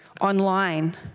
online